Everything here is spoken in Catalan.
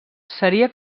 seria